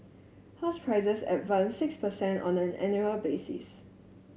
house prices advanced six percent on an annual basis